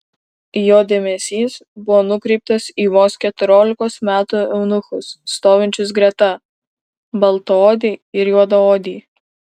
jo dėmesys buvo nukreiptas į vos keturiolikos metų eunuchus stovinčius greta baltaodį ir juodaodį